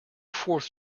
forth